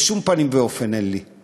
בשום פנים ואופן אין לי.